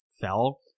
fell